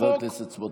חבר הכנסת סמוטריץ',